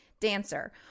dancer